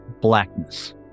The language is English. blackness